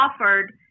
offered